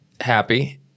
happy